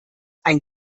ein